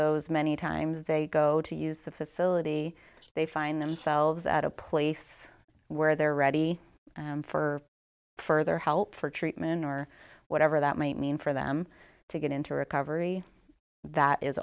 those many times they go to use the facility they find themselves at a place where they're ready for further help for treatment or whatever that might mean for them to get into recovery that is